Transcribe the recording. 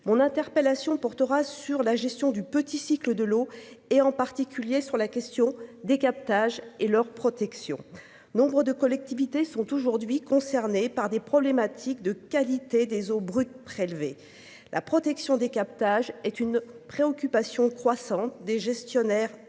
mon interpellation portera sur la gestion du petit cycle de l'eau et en particulier sur la question des captages et leur protection nombre de collectivités sont aujourd'hui concernés par des problématiques de qualité des eaux brutes prélevé la protection des captages est une préoccupation croissante des gestionnaires de